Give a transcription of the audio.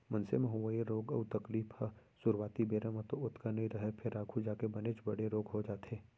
मनसे म होवइया रोग अउ तकलीफ ह सुरूवाती बेरा म तो ओतका नइ रहय फेर आघू जाके बनेच बड़े रोग हो जाथे